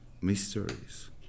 mysteries